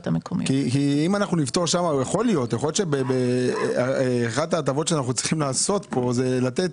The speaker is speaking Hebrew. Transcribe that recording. יכול להיות שאחת ההטבות שאנחנו צריכים לעשות זה לתת